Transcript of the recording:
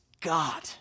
God